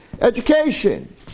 Education